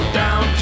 down